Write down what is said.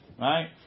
right